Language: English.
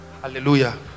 Hallelujah